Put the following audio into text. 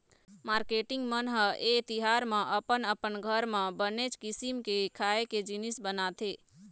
marketing मन ह ए तिहार म अपन अपन घर म बनेच किसिम के खाए के जिनिस बनाथे